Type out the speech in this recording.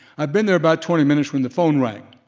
i'd been there about twenty minutes when the phone rang.